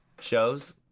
shows